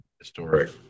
historic